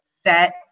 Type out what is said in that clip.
Set